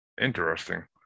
Interesting